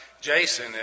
Jason